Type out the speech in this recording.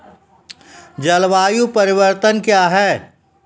जलवायु परिवर्तन कया हैं?